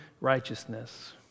righteousness